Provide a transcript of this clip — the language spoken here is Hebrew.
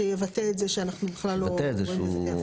שיבטא את זה שאנחנו בכלל לא רואים את זה כהפרה.